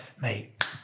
mate